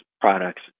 products